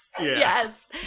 Yes